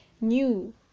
new